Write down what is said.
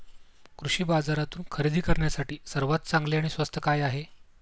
कृषी बाजारातून खरेदी करण्यासाठी सर्वात चांगले आणि स्वस्त काय आहे?